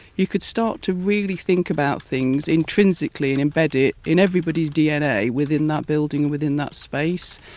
you could start to really think about things intrinsically and embed it in everybody's dna within that building and within that space.